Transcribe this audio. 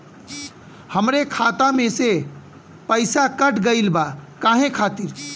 हमरे खाता में से पैसाकट गइल बा काहे खातिर?